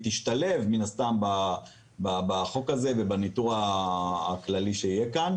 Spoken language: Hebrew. תשתלב מן הסתם בחוק הזה ובניטור הכללי שיהיה כאן